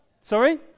Sorry